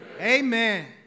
amen